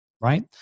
right